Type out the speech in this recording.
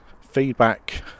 feedback